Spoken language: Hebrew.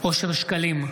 אושר שקלים,